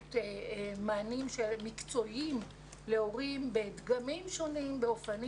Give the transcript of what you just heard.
באמצעות מענים מקצועיים להורים באופנים